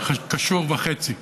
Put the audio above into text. זה קשור וחצי.